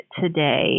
today